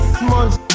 Smudge